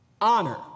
honor